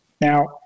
Now